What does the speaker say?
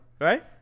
Right